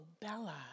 Bella